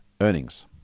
earnings